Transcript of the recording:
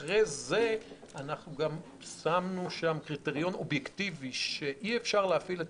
אחרי זה גם שמנו קריטריון אובייקטיבי שאי אפשר להפעיל את